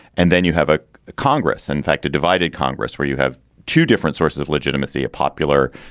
and then you have a congress, in fact, a divided congress where you have two different sources of legitimacy, a popular,